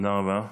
תודה רבה.